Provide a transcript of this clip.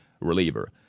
reliever